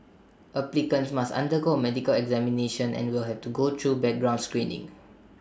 applicants must undergo A medical examination and will have to go through background screening